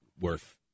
worth